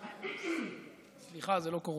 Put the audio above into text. טוב.